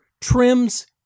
Trims